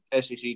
SEC